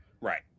Right